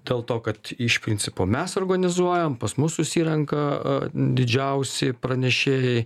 dėl to kad iš principo mes organizuojam pas mus susirenka didžiausi pranešėjai